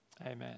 Amen